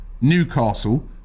Newcastle